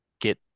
get